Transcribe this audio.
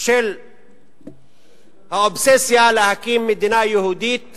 של האובססיה להקים מדינה יהודית